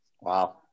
Wow